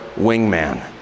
wingman